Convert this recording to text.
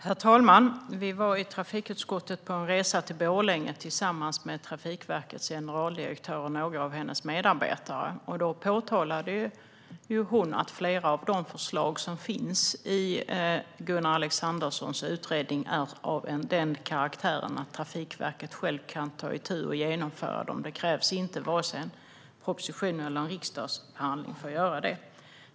Herr talman! Vi i trafikutskottet var på en resa till Borlänge tillsammans med Trafikverkets generaldirektör och några av hennes medarbetare. Då påtalade hon att flera av förslagen i Gunnar Alexanderssons utredning är av den karaktären att Trafikverket självt kan genomföra dem. Det krävs varken en proposition eller en riksdagsbehandling för att göra det.